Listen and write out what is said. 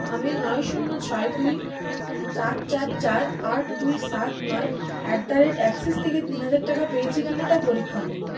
আমি নয় শূন্য ছয় দুই চার চার চার আট দুই সাত নয় অ্যাট দ্য রেট এক্সিস থেকে তিন হাজার টাকা পেয়েছি কিনা তা পরীক্ষা করুন